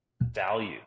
value